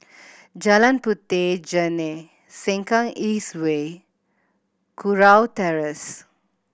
Jalan Puteh Jerneh Sengkang East Way Kurau Terrace